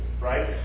right